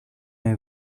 may